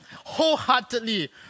wholeheartedly